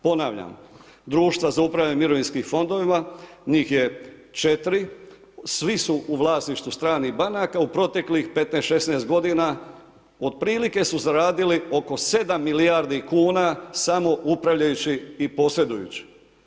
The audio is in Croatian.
Ponavljam, društva za upravljanje mirovinskim fondovima, njih je 4, svi su u vlasništvu stranih banaka u proteklih 15, 16 godina otprilike su zaradili oko 7 milijardi kuna samo upravljajući i posredujući.